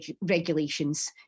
regulations